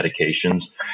medications